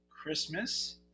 christmas